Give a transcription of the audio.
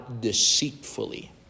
deceitfully